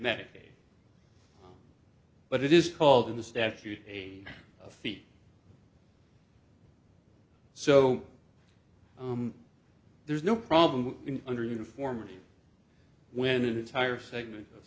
medicaid but it is called the statute eight feet so there's no problem in under uniformity when an entire segment of